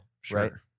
Sure